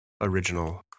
original